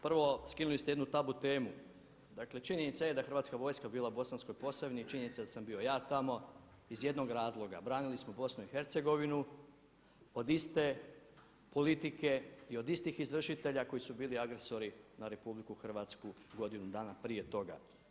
Prvo, skinuli ste jednu tabu temu dakle činjenica je da je Hrvatska vojska bila u Bosanskoj Posavini, činjenica da sam ja bio tamo iz jednog razloga, branili smo BiH od iste politike i od istih izvršitelja koji su bili agresori na RH godinu dana prije toga.